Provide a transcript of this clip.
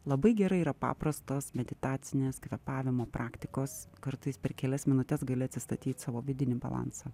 labai gerai yra paprastos meditacinės kvėpavimo praktikos kartais per kelias minutes gali atsistatyt savo vidinį balansą